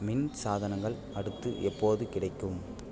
மின் சாதனங்கள் அடுத்து எப்போது கிடைக்கும்